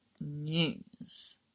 news